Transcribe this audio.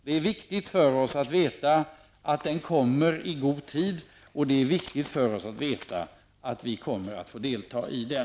Det är viktigt för oss att veta att den kommer i god tid och att vi kommer att få delta i den.